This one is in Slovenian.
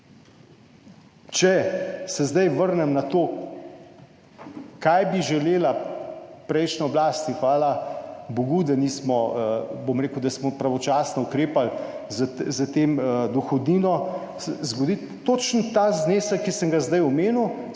Če se zdaj vrnem na to, kaj bi želela prejšnja oblast, hvala bogu, da smo pravočasno ukrepali z dohodnino, se zna zgoditi točno ta znesek, ki sem ga zdaj omenil,